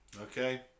Okay